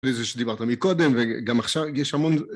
זה שדיברת מקודם וגם עכשיו יש המון..